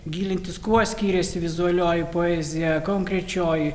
gilintis kuo skyrėsi vizualioji poezija konkrečioj